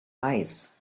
eyes